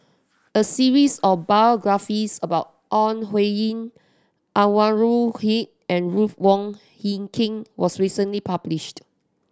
a series of biographies about Ore Huiying Anwarul Haque and Ruth Wong Hie King was recently published